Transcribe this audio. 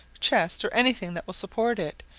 chest, or any thing that will support it,